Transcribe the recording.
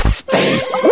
space